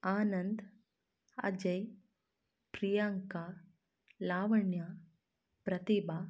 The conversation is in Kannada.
ಆನಂದ್ ಅಜಯ್ ಪ್ರಿಯಾಂಕಾ ಲಾವಣ್ಯ ಪ್ರತಿಬಾ